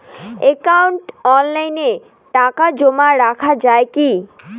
একাউন্টে অনলাইনে টাকা জমা রাখা য়ায় কি?